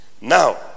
Now